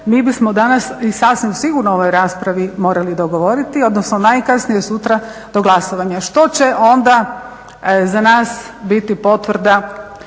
Mi bismo danas i sasvim sigurno u ovoj raspravi morali dogovoriti odnosno najkasnije sutra do glasovanja. Što će onda za nas biti potvrda